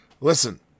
listen